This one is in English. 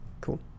Cool